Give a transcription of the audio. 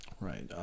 right